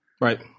Right